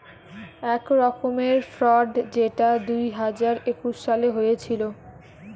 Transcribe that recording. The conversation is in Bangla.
এক রকমের ফ্রড যেটা দুই হাজার একুশ সালে হয়েছিল